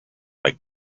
like